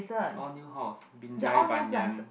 is all new halls Binjai-Banyan